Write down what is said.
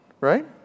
right